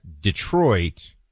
detroit